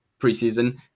preseason